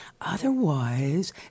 Otherwise